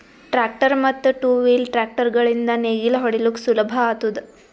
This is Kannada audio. ಟ್ರ್ಯಾಕ್ಟರ್ ಮತ್ತ್ ಟೂ ವೀಲ್ ಟ್ರ್ಯಾಕ್ಟರ್ ಗಳಿಂದ್ ನೇಗಿಲ ಹೊಡಿಲುಕ್ ಸುಲಭ ಆತುದ